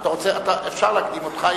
אפשר להקדים אותך?